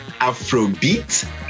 Afrobeat